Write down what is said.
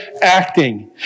acting